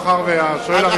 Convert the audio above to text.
מאחר שהשואל הראשון,